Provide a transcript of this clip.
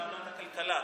ועדת הכלכלה,